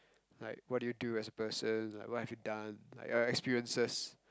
like what do you as a person like what have you done like your experiences